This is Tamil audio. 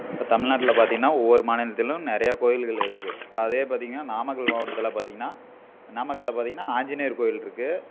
இப்ப தமிழ்நாட்ல பார்த்தீங்கன்னா ஒவ்வொரு மாநிலத்திலும் நிறையா கோவில்கள் இருக்குது அதே பார்த்தீங்கன்னா நாமக்கல் மாவட்டத்தில் பார்த்தீங்கன்னா நாமக்கல்லில் பார்த்தீங்கன்னா ஆஞ்சநேயர் கோவில் இருக்குது